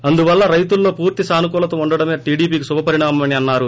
అందువల్ల రైతుల్లో పూర్తి సానుకూలతే ఉండడం టీడీపీకి శుభపరిణామమని అన్నారు